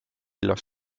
los